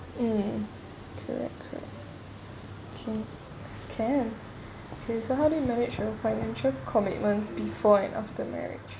uh correct correct can can so how do you how you manage your financial commitments before and after marriage